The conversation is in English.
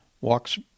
walks